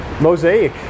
mosaic